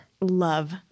Love